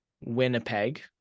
Winnipeg